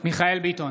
מיכאל מרדכי ביטון,